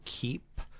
keep